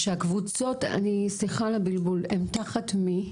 שהקבוצות, סליחה על הבלבול, הן תחת מי?